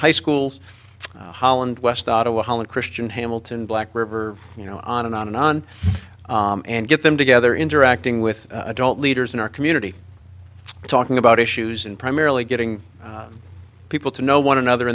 high schools holland west ottawa holland christian hamilton black river you know on and on and on and get them together interacting with adult leaders in our community talking about issues in primarily getting people to know one another